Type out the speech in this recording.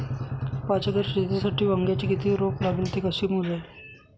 पाच एकर शेतीसाठी वांग्याचे किती रोप लागेल? ते कसे मोजावे?